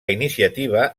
iniciativa